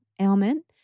ailment